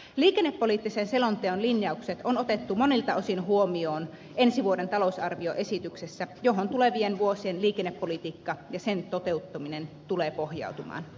liikennepoliittisen selonteon linjaukset on otettu monilta osin huomioon ensi vuoden talousarvioesityksessä johon tulevien vuosien liikennepolitiikka ja sen toteuttaminen tulevat pohjautumaan